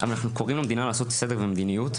אבל אנחנו קוראים למדינה לעשות סדר ומדיניות,